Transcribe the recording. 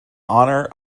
honour